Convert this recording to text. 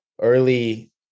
early